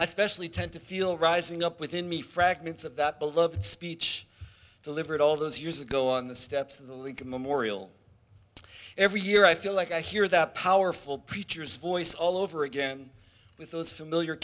especially tend to feel rising up within me fragments of that beloved speech delivered all those years ago on the steps of the lincoln memorial every year i feel like i hear that powerful preacher's voice all over again with those familiar